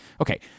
Okay